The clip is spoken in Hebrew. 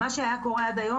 מה שהיה קורה עד היום,